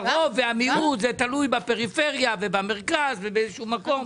הרוב והמיעוט זה תלוי בפריפריה ובמרכז ובאיזה שהוא מקום.